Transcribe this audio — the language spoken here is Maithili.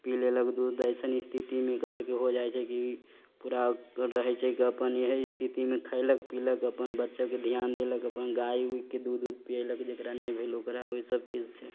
पी लेलक दूध अइसन स्थितिमे एकर सबके हो जाइ छै कि पूरा रहै छै अपन इएह स्थितिमे खइलक पीलक अपन बच्चाके धिआन देलक अपन गाइ उइके दूध उध पीलक जकरा नहि भेल ओकरा ओहिसब चीजसँ